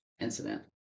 incident